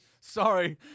Sorry